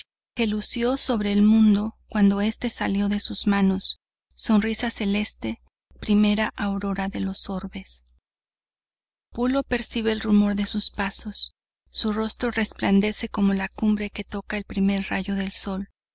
que lucio sobre el mundo cuando este salió de sus manos sonrisa celeste primera aurora de los orbes pulo percibe el rumor de sus pasos su rostro resplandece como la cumbre que toca el primer rayo del sol